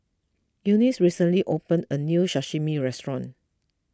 Eunice recently opened a new Sashimi restaurant